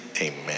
Amen